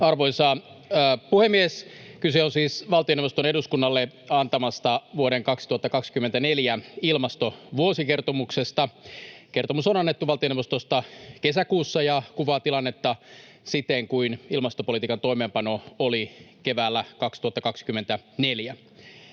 Arvoisa puhemies! Kyse on siis valtioneuvoston eduskunnalle antamasta vuoden 2024 ilmastovuosikertomuksesta. Kertomus on annettu valtioneuvostosta kesäkuussa ja kuvaa tilannetta siten kuin ilmastopolitiikan toimeenpano oli keväällä 2024.